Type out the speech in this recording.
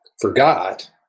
forgot